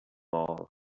all